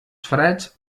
freds